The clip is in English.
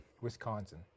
Wisconsin